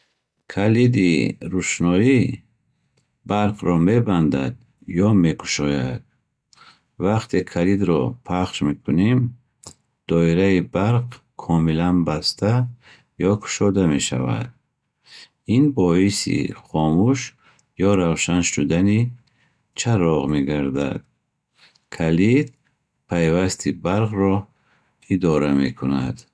Калиди рӯшноӣ барқро мебандад ё мекушояд. Вақте калидро пахш мекунем, доираи барқ комилан баста ё кушода мешавад. Ин боиси хомӯш ё равшан шудани чароғ мегардад. Калид пайвасти барқро идора мекунад.